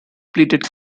pleaded